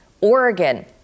Oregon